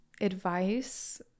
advice